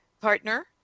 partner